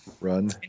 Run